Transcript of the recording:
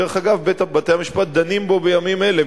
דרך אגב, בתי-המשפט דנים בו בימים אלה.